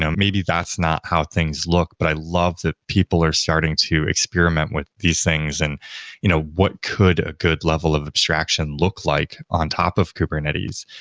um maybe that's not how things look, but i love that people are starting to experiment with these things and you know what could a good level of abstraction look like on top of kubernetes.